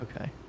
Okay